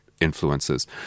influences